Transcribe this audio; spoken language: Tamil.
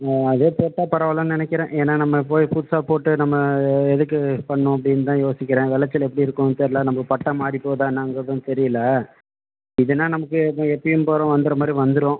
அதே போட்டால் பரவாயில்லைனு நினைக்கிறேன் ஏன்னா நம்ம போய் புதுசாக போட்டு நம்ம எதுக்கு இது பண்ணணும் அப்டின்னுதான் யோசிக்கிறேன் வெளைச்சல் எப்படி இருக்கும்னு தெரியலை நம்ம பட்டம் மாறி போகுதா என்னாங்கிறதும் தெரியலை இதுன்னா நமக்கு எப்போ எப்போயும் போல வந்துடுற மாதிரி வந்துடும்